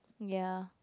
ya